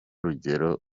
rugero